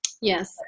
Yes